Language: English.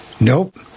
Nope